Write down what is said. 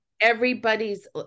everybody's